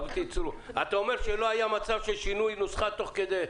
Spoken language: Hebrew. --- אתה אומר שלא היה מצב של שינוי נוסחה תוך כדי.